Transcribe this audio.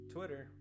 Twitter